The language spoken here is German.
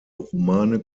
romane